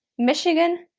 michigan,